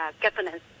governance